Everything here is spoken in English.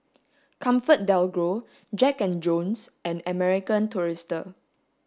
ComfortDelGro Jack and Jones and American Tourister